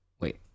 wait